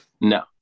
no